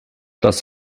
das